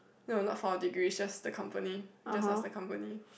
no not for our degree it's just the company just ask the company